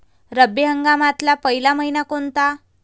रब्बी हंगामातला पयला मइना कोनता?